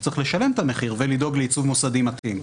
צריך לשלם את המחיר ולדאוג לייצוג מוסדי מתאים.